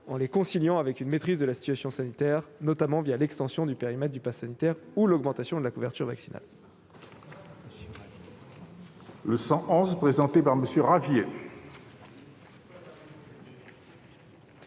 en les conciliant avec une maîtrise de la situation sanitaire, notamment l'extension du périmètre du passe sanitaire ou l'augmentation de la couverture vaccinale.